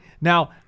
Now